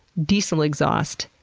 diesel exhaust,